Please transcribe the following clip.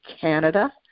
Canada